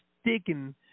sticking